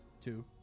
two